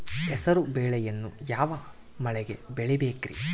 ಹೆಸರುಬೇಳೆಯನ್ನು ಯಾವ ಮಳೆಗೆ ಬೆಳಿಬೇಕ್ರಿ?